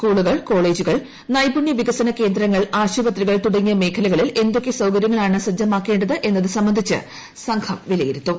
സ്കൂളുകൾ കോളേജുകൾ നൈപുണ്യ വികസന കേന്ദ്രങ്ങൾ ആശുപത്രികൾ തുടങ്ങിയ മേഖലകളിൽ എന്തൊക്കെ സൌകര്യങ്ങളാണ് സജ്ജമാക്കേണ്ടത് എന്നത് സംബന്ധിച്ച് സംഘം വിലയിരുത്തും